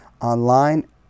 online